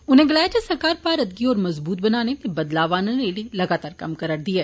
उनें गलाया जे सरकार भारत गी होर मजबूत बनाने ते बदलाव आनने लेई लगातार कम्म करा करदी ऐ